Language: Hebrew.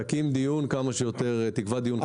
תקבע דיון כמה שיותר מוקדם.